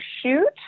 shoot